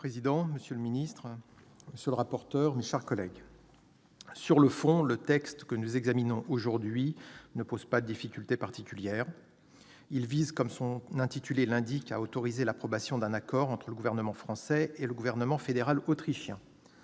Monsieur le président, monsieur le secrétaire d'État, monsieur le rapporteur, mes chers collègues, sur le fond, le texte que nous examinons aujourd'hui ne pose pas de difficulté particulière. Il vise, comme son intitulé l'indique, à autoriser l'approbation d'un accord entre le Gouvernement français et le Gouvernement fédéral autrichien.